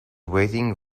waiting